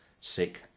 sick